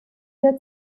der